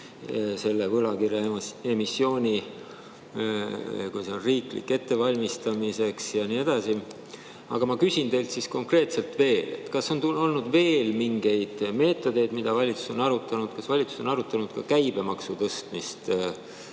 tegevus võlakirjaemissiooni – kui see on riiklik – ettevalmistamiseks ja nii edasi. Ma küsin teilt konkreetselt: kas on veel mingeid meetodeid, mida valitsus on arutanud? Kas valitsus on arutanud ka käibemaksu tõstmist võimalike